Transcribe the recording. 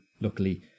luckily